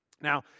Now